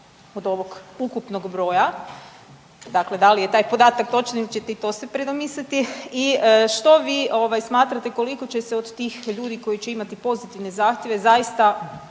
od ovog ukupnog broja, dakle, da li je taj podatak točan ili ćete se i to predomisliti? I što vi smatrate koliko će se od tih ljudi koji će imati pozitivne zahtjeve zaista